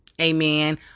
Amen